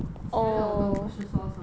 其他的我都不是说什么